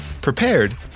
prepared